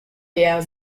der